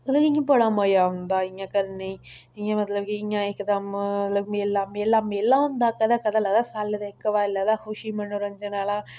मतलब इ'यां बड़ा मज़ा औंदा इ'यां करने ई इ'यां मतलब कि इ'यां इकदम मेले ई मेला मेला मेला होंदा कदें कदें लगदा साले दे इक बारी लगदा खुशी मनोरंजन आह्ला